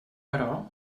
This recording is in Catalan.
però